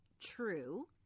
true—